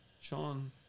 Sean